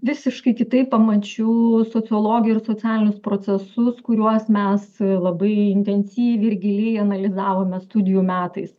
visiškai kitaip pamačiau sociologiją ir socialinius procesus kuriuos mes labai intensyviai ir giliai analizavome studijų metais